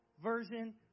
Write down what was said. Version